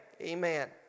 amen